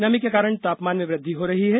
नमी के कारण तापमान में वृद्धि हो रही है